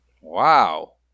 Wow